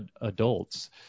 adults